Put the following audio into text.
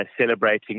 celebrating